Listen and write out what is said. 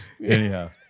Anyhow